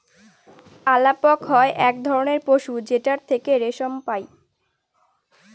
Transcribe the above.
আলাপক হয় এক ধরনের পশু যেটার থেকে রেশম পাই